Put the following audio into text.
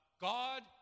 God